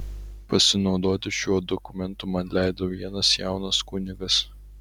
pasinaudoti šiuo dokumentu man leido vienas jaunas kunigas